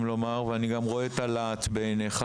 לומר ואני גם רואה את הלהט שבעיניך,